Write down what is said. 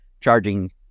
charging